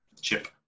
Chip